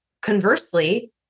Conversely